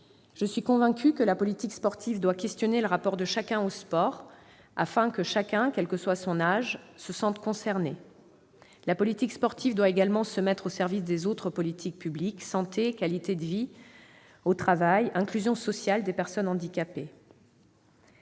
Je suis convaincue que la politique sportive doit soulever la question du rapport de chacun au sport, afin que chacun, quel que soit son âge, se sente concerné. La politique sportive doit également se mettre au service des autres politiques publiques- santé, qualité de vie au travail, inclusion sociale des personnes handicapées.